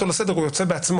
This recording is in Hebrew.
אתה רוצה להסיט, לתת על הראש.